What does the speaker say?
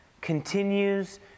continues